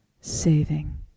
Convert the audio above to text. saving